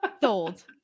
sold